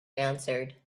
answered